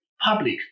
public